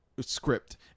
script